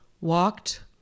walked